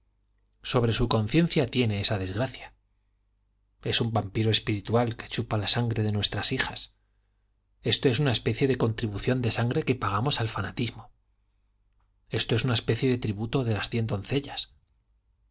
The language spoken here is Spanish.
sobre su conciencia tiene esa desgracia es un vampiro espiritual que chupa la sangre de nuestras hijas esto es una especie de contribución de sangre que pagamos al fanatismo esto es una especie de tributo de las cien doncellas